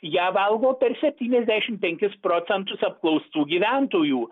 ją valgo per septyniasdešimt penkis procentus apklaustų gyventojų